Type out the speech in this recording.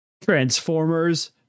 Transformers